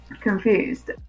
confused